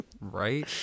Right